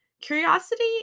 Curiosity